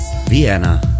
vienna